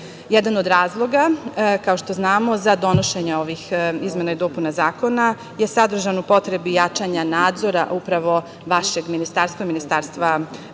tela. Jedan od razloga, kao što znamo, za donošenje ovih izmena i dopuna zakona je sadržan u potrebi jačanja nadzora vašeg ministarstva, Ministarstva